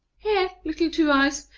here, little two-eyes,